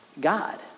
God